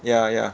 ya ya